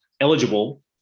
eligible